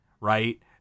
right